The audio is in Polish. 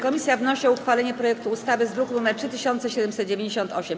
Komisja wnosi o uchwalenie projektu ustawy z druku nr 3798.